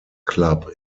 club